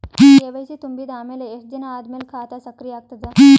KYC ತುಂಬಿದ ಅಮೆಲ ಎಷ್ಟ ದಿನ ಆದ ಮೇಲ ಖಾತಾ ಸಕ್ರಿಯ ಅಗತದ?